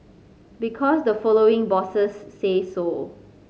because the following bosses say so